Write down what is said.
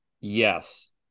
Yes